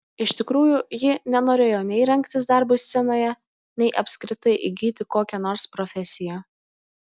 iš tikrųjų ji nenorėjo nei rengtis darbui scenoje nei apskritai įgyti kokią nors profesiją